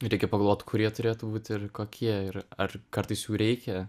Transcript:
reikia pagalvot kurie turėtų būt ir kokie ir ar kartais jų reikia